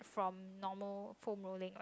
from normal foam rolling right